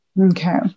Okay